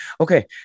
Okay